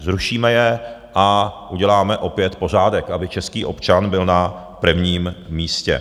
Zrušíme je a uděláme opět pořádek, aby český občan byl na prvním místě.